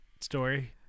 story